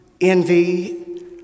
envy